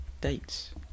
Dates